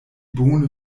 bone